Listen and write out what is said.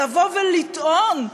לבוא ולטעון,